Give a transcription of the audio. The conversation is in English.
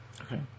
Okay